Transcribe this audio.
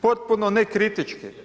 Potpuno nekritički.